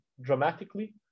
dramatically